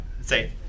say